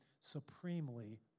supremely